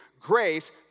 Grace